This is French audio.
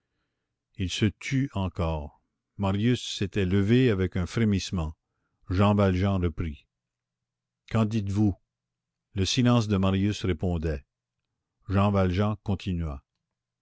il se tut encore marius s'était levé avec un frémissement jean valjean reprit qu'en dites-vous le silence de marius répondait jean valjean continua